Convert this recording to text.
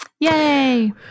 Yay